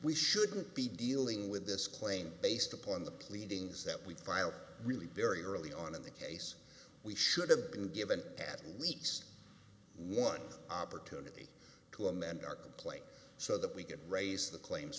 we shouldn't be dealing with this claim based upon the pleadings that we filed really very early on in the case we should have been given patent least one opportunity to amend our complaint so that we can raise the claims